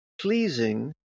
pleasing